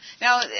Now